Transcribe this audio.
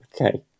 Okay